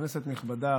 כנסת נכבדה,